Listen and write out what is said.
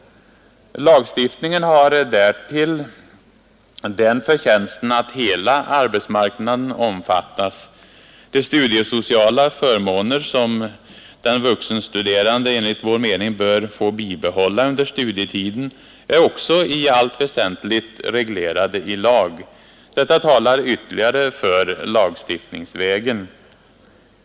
Lagstiftningen har därtill den förtjänsten att hela arbetsmarknaden omfattas. De studiesociala förmåner som den vuxenstuderande enligt vår mening bör få bibehålla under studietiden är också i allt väsentligt reglerade i lag. Detta talar ytterligare för lagstiftningsvägen.